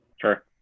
Sure